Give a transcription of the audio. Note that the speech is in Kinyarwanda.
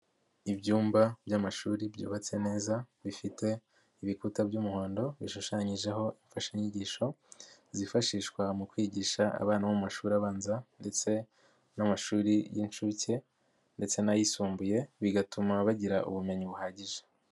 Ibyumba by'amashuri byubatse neza bifite ibikuta by'umuhondo bishushanyijeho imfashanyigisho zifashishwa mu kwigisha abana bo mu mashuri abanza ndetse n'amashuri y'inshuke ndetse n'ayisumbuye bigatuma bagira ubumenyi buhagije.